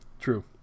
true